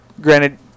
granted